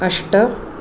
अष्ट